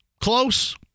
Close